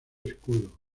escudo